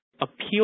appeal